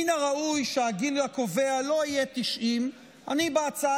מן הראוי שהגיל הקובע לא יהיה 90. אני בהצעה